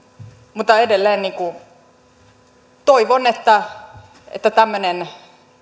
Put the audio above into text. mutta edelleen toivon että että tämmöinen